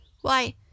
Why